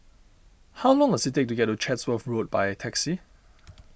how long does it take to get to Chatsworth Road by taxi